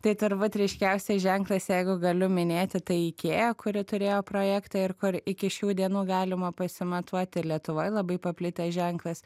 tai turbūt ryškiausias ženklas jeigu galiu minėti tai ikėja kuri turėjo projektą ir kur iki šių dienų galima pasimatuoti ir lietuvoje labai paplitęs ženklas